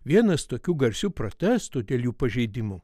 vienas tokių garsių protestų dėl jų pažeidimų